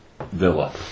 Villa